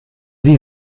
sie